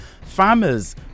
farmers